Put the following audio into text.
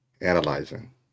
analyzing